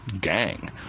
gang